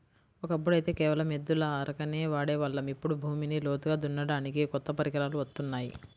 ఒకప్పుడైతే కేవలం ఎద్దుల అరకనే వాడే వాళ్ళం, ఇప్పుడు భూమిని లోతుగా దున్నడానికి కొత్త పరికరాలు వత్తున్నాయి